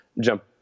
jump